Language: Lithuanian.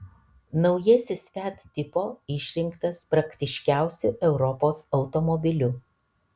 naujasis fiat tipo išrinktas praktiškiausiu europos automobiliu